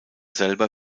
selber